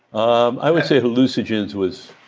um i would say hallucinogens was.